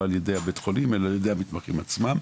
על-ידי בית החולים אלא על-ידי המתמחים עצמם.